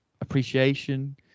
appreciation